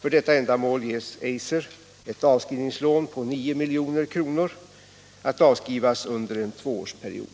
För detta ändamål ges Eiser ett avskrivningslån på 9 milj.kr. att avskrivas under en tvåårsperiod.